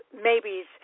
maybes